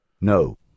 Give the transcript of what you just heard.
no